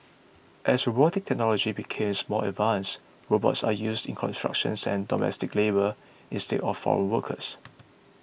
as robotic technology becomes more advanced robots are used in construction and domestic labour instead of foreign workers